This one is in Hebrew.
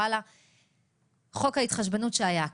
חוק ההתחשבנות שהיה כאן,